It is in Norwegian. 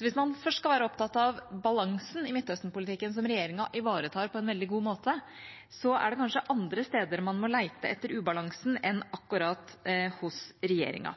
Hvis man først skal være opptatt av balansen i Midtøsten-politikken, som regjeringa ivaretar på en veldig god måte, er det kanskje andre steder man må lete etter ubalanse enn akkurat hos regjeringa.